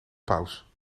paus